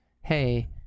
hey